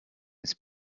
his